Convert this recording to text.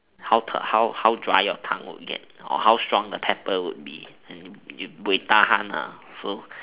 how the how how how dry your tongue will get or how strong the pepper will be you buay-tahan so